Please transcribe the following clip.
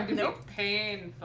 no pain